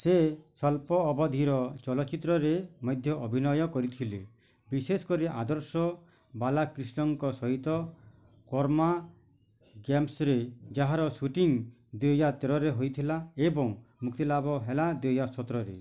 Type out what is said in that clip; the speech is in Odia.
ସେ ସ୍ୱଳ୍ପ ଅବଧିର ଚଲଚ୍ଚିତ୍ରରେ ମଧ୍ୟ ଅଭିନୟ କରିଥିଲେ ବିଶେଷକରି ଆଦର୍ଶ ବାଲାକ୍ରିଷ୍ଣଙ୍କ ସହିତ କର୍ମା ଗେମ୍ସ୍ରେ ଯାହାର ସୁଟିଂ ଦୁଇ ହଜାର ତେରରେ ହୋଇଥିଲା ଏବଂ ମୁକ୍ତିଲାଭ ହେଲା ଦୁଇ ହଜାର ସତରରେ